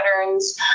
patterns